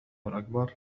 الأكبر